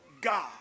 God